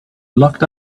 locked